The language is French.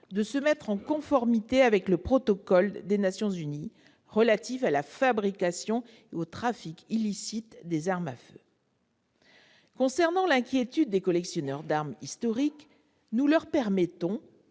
de se mettre en conformité avec le protocole des Nations unies contre la fabrication et le trafic illicites d'armes à feu. Concernant l'inquiétude des collectionneurs d'armes historiques, nous leur permettons,